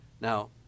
Now